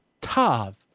tav